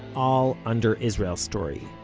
all under israel story.